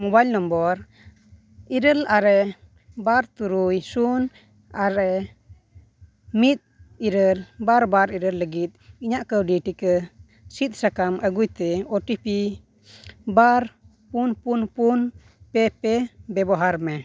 mobile number ᱤᱨᱟᱹᱞ ᱟᱨᱮ ᱵᱟᱨ ᱛᱩᱨᱩᱭ ᱥᱩᱱ ᱟᱨᱮ ᱢᱤᱫ ᱤᱨᱟᱹᱞ ᱵᱟᱨ ᱵᱟᱨ ᱤᱨᱟᱹᱞ ᱞᱟᱹᱜᱤᱫ ᱤᱧᱟᱹᱜ ᱠᱟᱣᱰᱤ ᱴᱤᱠᱟᱹ ᱥᱤᱫ ᱥᱟᱠᱟᱢ ᱟᱹᱜᱩᱭᱛᱮ ᱳᱴᱤᱯᱤ ᱵᱟᱨ ᱯᱩᱱ ᱯᱩᱱ ᱯᱩᱱ ᱯᱮ ᱯᱮ ᱵᱮᱵᱚᱦᱟᱨᱢᱮ